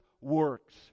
works